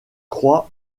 croît